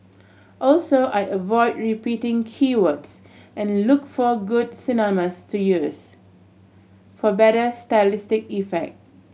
also I avoid repeating key words and look for good synonyms to use for better stylistic effect